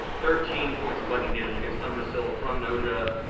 thirteen points of lightning damage against umbrasyl from noja,